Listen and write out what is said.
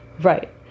Right